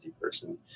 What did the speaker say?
person